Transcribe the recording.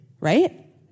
Right